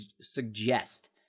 suggest